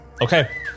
Okay